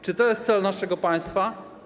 Czy to jest cel naszego państwa?